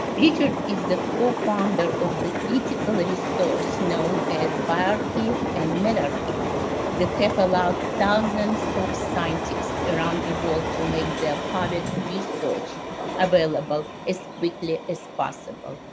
richard is the cofounder of the critical resource known as biorxiv and medrxiv that have allowed thousands of scientists around the world to make their private research available as quickly as possible.